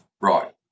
right